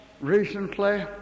recently